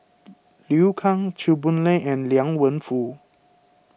Liu Kang Chew Boon Lay and Liang Wenfu